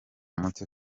mucye